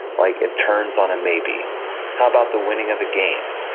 like it turns on a maybe. how about the winning of a game?